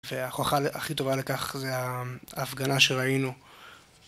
וההוכחה הכי טובה לכך זה ההפגנה שראינו